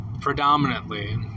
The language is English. predominantly